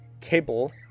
Cable